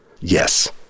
Yes